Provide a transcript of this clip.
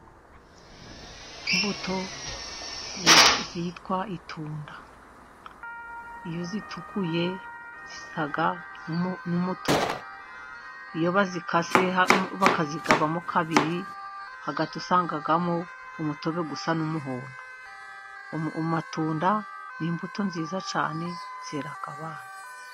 Imbuto yitwa zitwa itunda iyo zitukuye zisamo n'umutuku, iyo bazikase bakazigabamo kabiri hagati usangamo umutobe usa n'umuhondo. Amatunda ni imbuto nziza cyane zirera abana.